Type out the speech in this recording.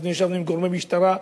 אנחנו ישבנו עם גורמי משטרה,